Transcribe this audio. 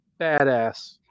badass